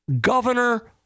governor